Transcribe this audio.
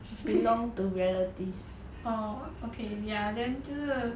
orh okay ya then 就是